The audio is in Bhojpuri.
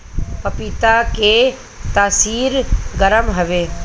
पपीता के तासीर गरम हवे